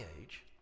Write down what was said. age